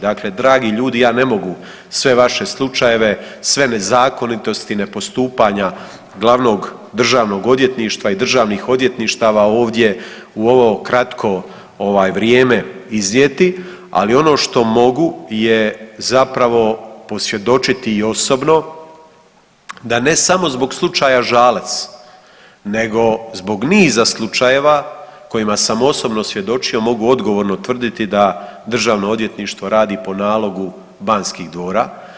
Dakle, dragi ljudi ja ne mogu sve vaše slučajeve, sve nezakonitosti ne postupanja glavnog Državnog odvjetništva i državnih odvjetništava ovdje u ovo kratko vrijeme iznijeti, ali ono što mogu je zapravo posvjedočiti i osobno da ne samo zbog slučaja Žalac nego zbog niza slučajeva kojima sam osobno svjedočio mogu odgovorno tvrditi da državno odvjetništvo radi po nalogu banskih dvora.